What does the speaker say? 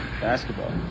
Basketball